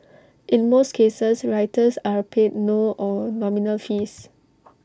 in most cases writers are paid no or nominal fees